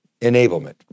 enablement